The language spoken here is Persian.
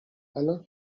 الان